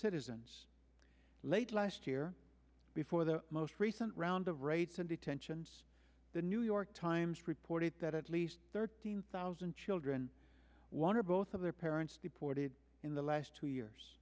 citizens late last year before the most recent round of raids and detentions the new york times reported that at least thirteen thousand children one or both of their parents deported in the last two years